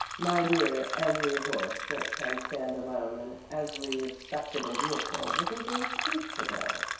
my dear, every horse that can stand alone and every respectable vehicle was engaged weeks ago.